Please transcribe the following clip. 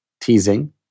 teasing